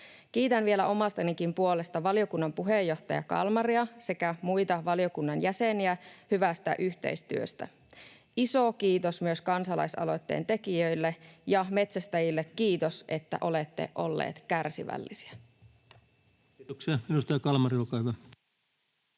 Kiitän vielä omastanikin puolesta valiokunnan puheenjohtaja Kalmaria sekä muita valiokunnan jäseniä hyvästä yhteistyöstä. Iso kiitos myös kansalaisaloitteen tekijöille, ja metsästäjille kiitos, että olette olleet kärsivällisiä. [Speech 216] Speaker: